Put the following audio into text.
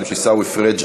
של עיסאווי פריג',